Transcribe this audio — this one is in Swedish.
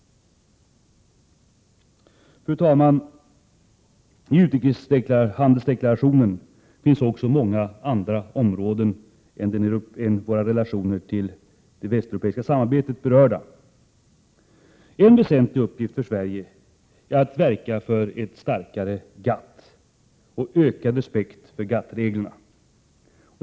Fru talman! I utrikeshandelsdeklarationen berörs också många andra områden än våra relationer till det västeuropeiska samarbetet. En väsentlig uppgift för Sverige är att verka för ett starkare GATT och ökad respekt för GATT-reglerna.